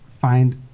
find